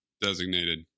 Designated